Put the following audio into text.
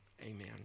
amen